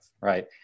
right